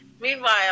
Meanwhile